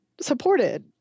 supported